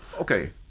okay